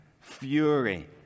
fury